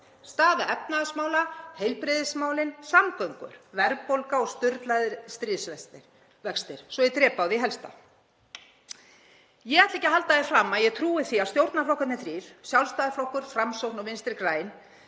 Staða efnahagsmála, heilbrigðismálin, samgöngur, verðbólga og sturlaðir stríðsvextir, svo ég drepi á því helsta. Ég ætla ekki að halda því fram að ég trúi því að stjórnarflokkarnir þrír, Sjálfstæðisflokkur, Framsókn og Vinstri græn,